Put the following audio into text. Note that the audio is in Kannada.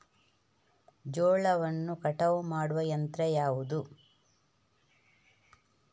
ಜೋಳವನ್ನು ಕಟಾವು ಮಾಡುವ ಯಂತ್ರ ಯಾವುದು?